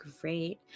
great